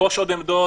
לרכוש עוד עמדות